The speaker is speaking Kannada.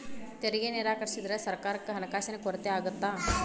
ತೆರಿಗೆ ನಿರಾಕರಿಸಿದ್ರ ಸರ್ಕಾರಕ್ಕ ಹಣಕಾಸಿನ ಕೊರತೆ ಆಗತ್ತಾ